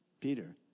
Peter